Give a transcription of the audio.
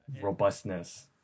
Robustness